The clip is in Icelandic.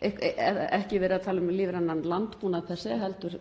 þá ekki verið að tala um lífrænan landbúnað per se heldur